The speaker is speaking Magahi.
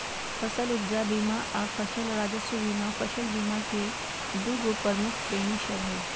फसल उपजा बीमा आऽ फसल राजस्व बीमा फसल बीमा के दूगो प्रमुख श्रेणि सभ हइ